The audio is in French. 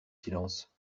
silence